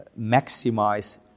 maximize